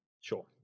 Sure